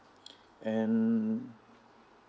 and